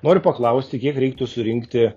noriu paklausti kiek reiktų surinkti